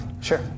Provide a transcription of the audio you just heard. Sure